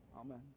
Amen